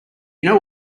you